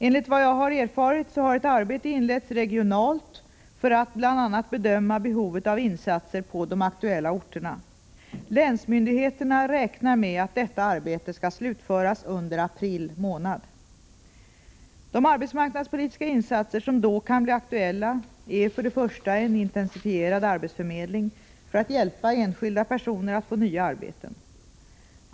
Enligt vad jag har erfarit har ett arbete inletts regionalt för att bl.a. bedöma behovet av insatser på de aktuella orterna. Länsmyndigheterna räknar med att detta arbete skall slutföras under april månad. De arbetsmarknadspolitiska insatser som då kan bli aktuella är för det första en intensifierad arbetsförmedling för att hjälpa enskilda personer att få nyaarbeten.